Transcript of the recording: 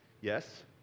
Yes